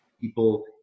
people